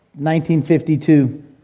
1952